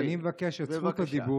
אז אני מבקש לתת לי את זכות הדיבור